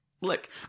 Look